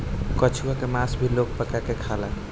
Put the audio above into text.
कछुआ के मास भी लोग पका के खाला